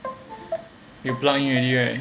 you pluck in already right